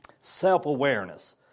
Self-awareness